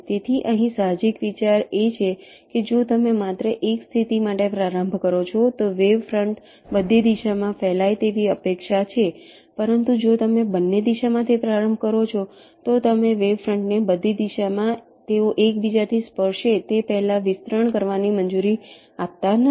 તેથી અહીં સાહજિક વિચાર એ છે કે જો તમે માત્ર એક જ સ્થિતિ માટે પ્રારંભ કરો છો તો વેવ ફ્રંટ બધી દિશામાં ફેલાય તેવી અપેક્ષા છે પરંતુ જો તમે બંને દિશામાંથી પ્રારંભ કરો છો તો તમે વેવ ફ્રંટને બધી દિશામાં તેઓ એકબીજાને સ્પર્શે તે પહેલાં વિસ્તરણ કરવાની મંજૂરી આપતા નથી